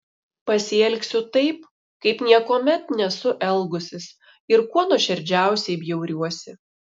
pasielgsiu taip kaip niekuomet nesu elgusis ir kuo nuoširdžiausiai bjauriuosi